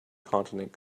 continent